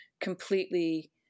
completely